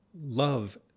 love